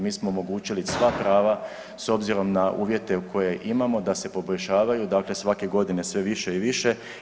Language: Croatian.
Mi smo omogućili sva prava s obzirom na uvjete koje imamo da se poboljšavaju dakle svake godine sve više i više.